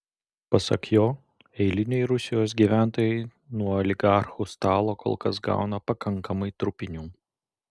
pasak jo eiliniai rusijos gyventojai nuo oligarchų stalo kol kas gauna pakankamai trupinių